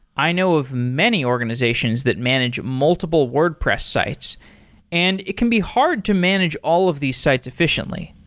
i know of many organization that manage multiple wordpress sites and it can be hard to manage all of these sites efficiently.